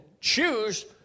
choose